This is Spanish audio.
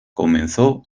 comenzó